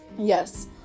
yes